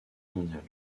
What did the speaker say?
mondiale